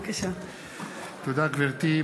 תודה, גברתי.